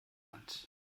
hand